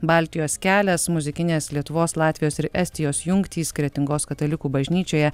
baltijos kelias muzikinės lietuvos latvijos ir estijos jungtys kretingos katalikų bažnyčioje